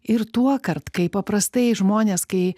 ir tuokart kai paprastai žmonės kai